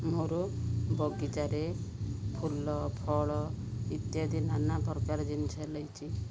ମୋର ବଗିଚାରେ ଫୁଲ ଫଳ ଇତ୍ୟାଦି ନାନା ପ୍ରକାର ଜିନିଷ ଲାଗିଛି